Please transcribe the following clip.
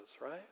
right